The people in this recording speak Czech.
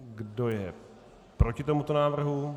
Kdo je proti tomuto návrhu?